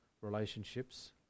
relationships